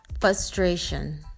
Frustration